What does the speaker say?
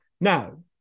Now